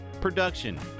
production